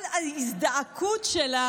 כל ההזדעקות שלה